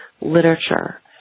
literature